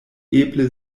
eble